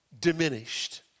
diminished